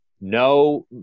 No